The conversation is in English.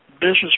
business